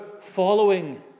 following